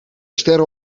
sterren